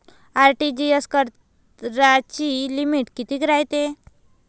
RTGS कराची limit कितीक रायते?